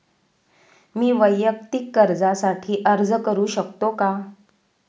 मी वैयक्तिक कर्जासाठी अर्ज करू शकतो का?